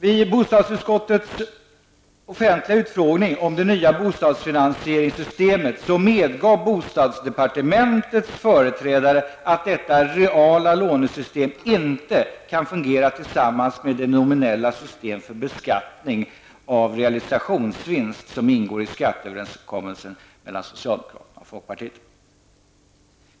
Vid bostadsutskottets offentliga utfrågning om det nya bostadsfinansieringssystemet medgav bostadsdepartementets företrädare att detta reala lånesystem inte kan fungera tillsammans med det nominella system för beskattning av realisationsvinst som ingår i skatteöverenskommelsen mellan socialdemokraterna och folkpartiet.